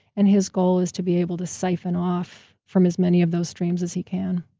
and his goal is to be able to siphon off from as many of those streams as he can.